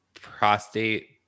prostate